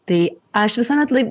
tai aš visuomet lai